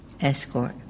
escort